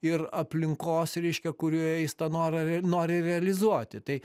ir aplinkos reiškia kurioje jis tą norą r nori realizuoti tai